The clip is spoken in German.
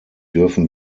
dürfen